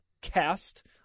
cast